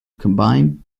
combined